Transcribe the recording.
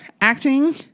acting